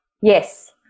Yes